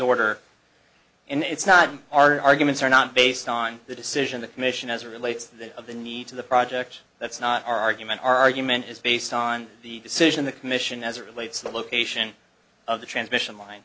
order and it's not our arguments are not based on the decision the commission as it relates to of the needs of the project that's not our argument our argument is based on the decision the commission as it relates the location of the transmission line